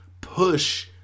push